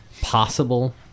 possible